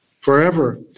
forever